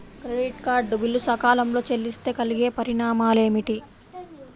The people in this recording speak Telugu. క్రెడిట్ కార్డ్ బిల్లు సకాలంలో చెల్లిస్తే కలిగే పరిణామాలేమిటి?